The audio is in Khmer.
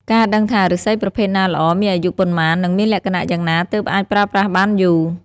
ការដឹងថាឫស្សីប្រភេទណាល្អ មានអាយុប៉ុន្មាន និងមានលក្ខណៈយ៉ាងណាទើបអាចប្រើប្រាស់បានយូរ។